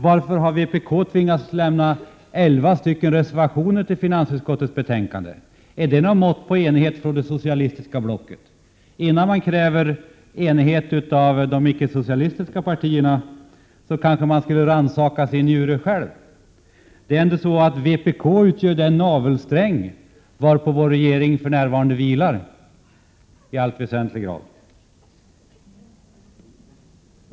Varför har vpk tvingats lämna elva reservationer till finansutskottets betänkande? Är det något mått på enighet inom det socialistiska blocket? Innan man kräver enighet av de icke-socialistiska partierna kanske man skulle rannsaka sina egna ”njurar.” Det är ändå så att vpk utgör den ”navelsträng” som vår regering för närvarande i alltför hög grad är beroende av.